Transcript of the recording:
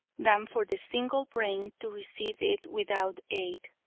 than for the single brain to receive it without aid.